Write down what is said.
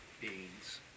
beings